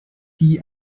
die